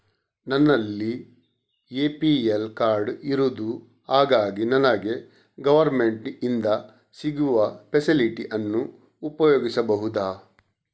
ನನ್ನಲ್ಲಿ APL card ಇರುದು ಹಾಗಾಗಿ ನನಗೆ ಗವರ್ನಮೆಂಟ್ ಇಂದ ಸಿಗುವ ಫೆಸಿಲಿಟಿ ಅನ್ನು ಉಪಯೋಗಿಸಬಹುದಾ?